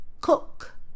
cook